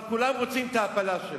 כבר כולם רוצים את ההפלה שלה.